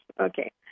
Okay